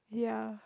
ya